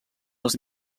els